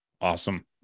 awesome